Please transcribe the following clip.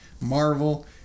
Marvel